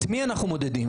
את מי אנחנו מודדים?